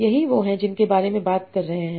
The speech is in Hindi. यह वो है जिनके बारे में आप बात कर रहे हैं